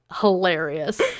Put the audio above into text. hilarious